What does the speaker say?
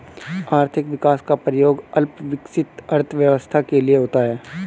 आर्थिक विकास का प्रयोग अल्प विकसित अर्थव्यवस्था के लिए होता है